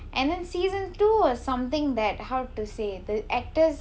and then season two was something that how to say the actors